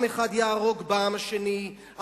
עם אחד יהרוג בעם השני,